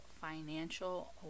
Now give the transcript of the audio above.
financial